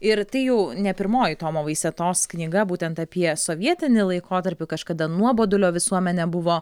ir tai jau ne pirmoji tomo vaisetos knyga būtent apie sovietinį laikotarpį kažkada nuobodulio visuomenė buvo